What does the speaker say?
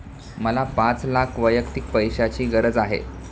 मला पाच लाख वैयक्तिक पैशाची गरज आहे